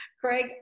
Craig